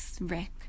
rick